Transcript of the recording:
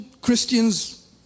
Christians